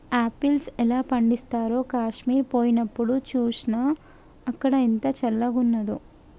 apples ఎలా పండిస్తారో కాశ్మీర్ పోయినప్డు చూస్నా, అక్కడ ఎంత చల్లంగున్నాదో